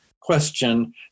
question